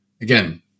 again